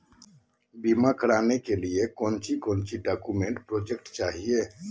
बीमा कराने के लिए कोच्चि कोच्चि डॉक्यूमेंट प्रोजेक्ट चाहिए?